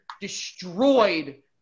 destroyed